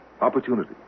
Opportunity